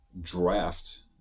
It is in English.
draft